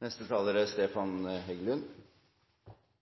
Først vil jeg takke interpellanten for en viktig debatt. Jeg er